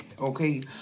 Okay